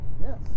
Yes